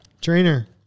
Trainer